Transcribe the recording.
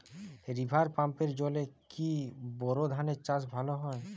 River পাম্পের জলে কি বোর ধানের চাষ ভালো হয়?